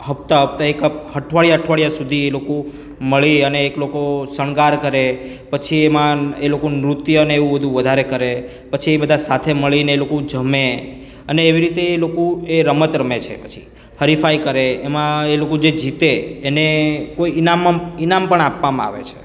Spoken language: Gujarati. હપ્તા હપ્તા એક હપ અઠવાડિયા અઠવાડિયા સુધી એ લોકો મળી અને એક લોકો શણગાર કરે પછી એમાં એ લોકો નૃત્ય ને એવું બધુ વધારે કરે પછી એ બધા સાથે મળીને એ લોકો જમે અને એવી રીતે એ લોકો એ રમત રમે છે પછી હરીફાઈ કરે એમાં એ લોકો જે જીતે એને કોઈ ઇનામ ઈનામ પણ આપવામાં આવે છે